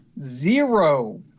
Zero